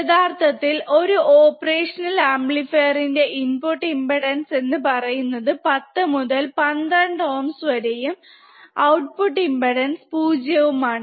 യഥാർത്ഥത്തിൽ ഒരു ഓപ്പറേഷണൽ അമ്പ്ലിഫീരിന്റെ ഇൻപുട് ഇമ്പ്പെടാൻസ് എന്ന് പറയുന്നത് 10 മുതൽ 12 ohms വരയും ഔ ട്ട്പുട് ഇമ്പ്പെടാൻസ് 0 വുമാണ്